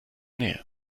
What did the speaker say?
nähe